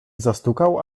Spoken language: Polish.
zastukał